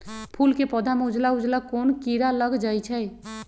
फूल के पौधा में उजला उजला कोन किरा लग जई छइ?